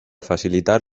facilitar